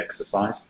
exercise